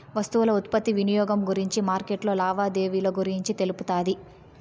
వస్తువుల ఉత్పత్తి వినియోగం గురించి మార్కెట్లో లావాదేవీలు గురించి తెలుపుతాది